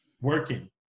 working